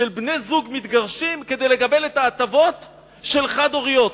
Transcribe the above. שבני זוג מתגרשים כדי לקבל את ההטבות של חד-הוריות,